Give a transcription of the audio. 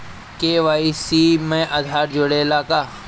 KYC में आधार जुड़े ला का?